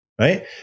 right